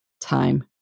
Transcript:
time